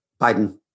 Biden